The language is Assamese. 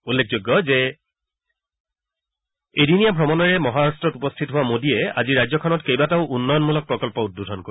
উল্লেখযোগ্য যে এদিনীয়া ভ্ৰমণেৰে মহাৰাট্টত উপস্থিত হোৱা মোদীয়ে আজি ৰাজ্যখনত কেইবাটাও উন্নয়নমূলক প্ৰকল্প উদ্বোধন কৰিব